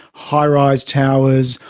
high-rise towers,